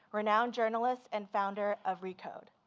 renowned journalist and founder of recode.